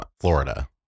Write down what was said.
Florida